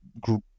group